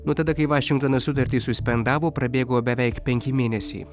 nuo tada kai vašingtonas sutartį suspendavo prabėgo beveik penki mėnesiai